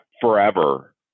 forever